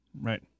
Right